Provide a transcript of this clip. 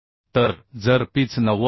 तर जर पिच 90 मि